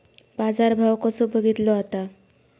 बाजार भाव कसो बघीतलो जाता?